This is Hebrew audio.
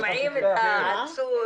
ככה שומעים את העצור.